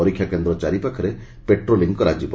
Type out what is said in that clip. ପରୀକ୍ଷା କେନ୍ଦ୍ର ଚାରିପାଖରେ ପେଟ୍ରୋଲିଂ କରାଯିବ